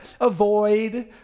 avoid